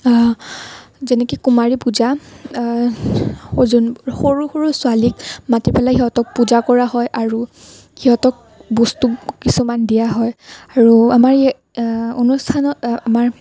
যেনেকৈ কুমাৰী পূজা যোন সৰু সৰু ছোৱালীক মাতি পেলাই সিহঁতক পূজা কৰা হয় আৰু সিহঁতক বস্তু কিছুমান দিয়া হয় আৰু আমাৰ ই অনুষ্ঠানত আমাৰ